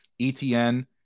ETN